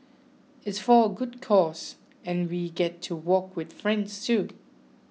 it's for a good cause and we get to walk with friends too